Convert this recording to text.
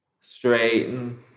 Straighten